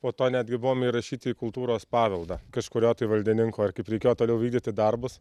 po to netgi buvom įrašyti į kultūros paveldą kažkurio tai valdininko ar kaip reikėjo toliau vykdyti darbus